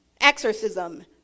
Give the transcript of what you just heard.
exorcism